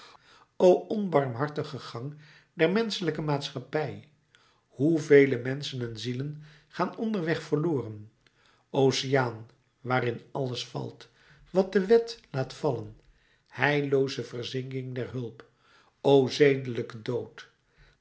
o onbarmhartige gang der menschelijke maatschappij hoe vele menschen en zielen gaan onderweg verloren oceaan waarin alles valt wat de wet laat vallen heillooze verzinking der hulp o zedelijke dood